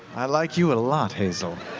i like you a lot, hazel.